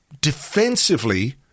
defensively